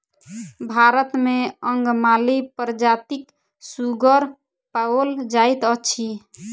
भारत मे अंगमाली प्रजातिक सुगर पाओल जाइत अछि